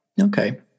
Okay